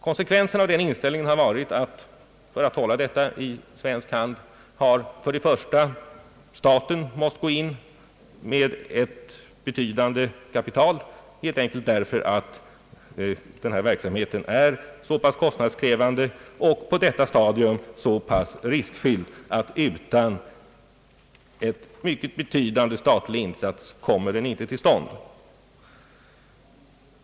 Konsekvensen av den inställningen har varit att för att hålla detta i svensk hand för det första staten måst gå in med ett betydande kapital, helt enkelt därför att den här verksamheten är så kostnadskrävande och på detta stadium så riskfylld att den inte skulle komma till stånd utan en mycket betydande statlig insats.